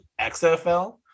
XFL